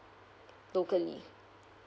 locally